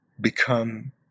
become